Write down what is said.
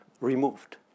removed